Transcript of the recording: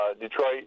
Detroit